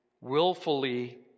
willfully